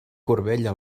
corbella